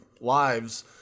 lives